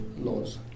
laws